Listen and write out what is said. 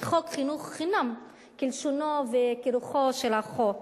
את חוק חינוך חינם כלשונו וכרוחו של החוק.